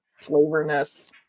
flavorness